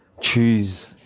choose